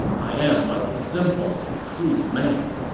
i am but a simple and crude man.